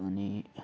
अनि